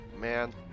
Man